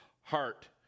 heart